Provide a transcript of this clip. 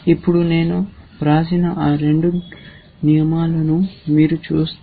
ఇప్పుడు నేను వ్రాసిన ఆ రెండు నియమాలను మీరు చూస్తే